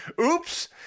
oops